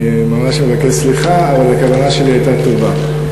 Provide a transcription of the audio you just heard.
אני ממש מבקש סליחה, אבל הכוונה שלי הייתה טובה.